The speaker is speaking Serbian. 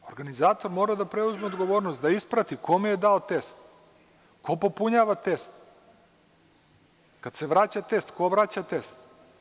Organizator mora da preuzme odgovornost, da isprati kome je dao test, ko popunjava test, a kad se vraća test, ko vraća test.